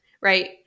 right